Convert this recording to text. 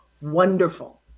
wonderful